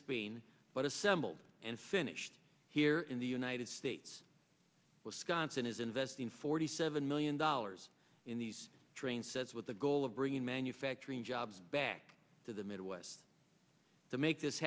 spain but assembled and finished here in the united states wisconsin is investing forty seven million dollars in these train sets with the goal of bringing manufacturing jobs back to the midwest to make this